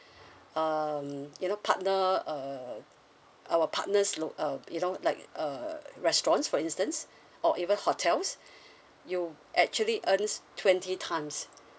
um you know partner uh our partners loc~ uh you know like a restaurant for instance or even hotels you actually earns twenty times